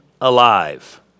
alive